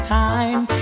time